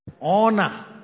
Honor